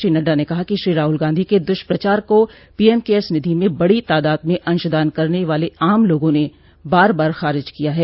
श्री नड्डा ने कहा कि श्री राहुल गांधी के दुष्प्रचार को पीएम केयर्स निधि में बडी तादाद में अंशदान करने वाले आम लोगों ने बार बार खारिज किया है